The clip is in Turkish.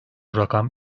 rakam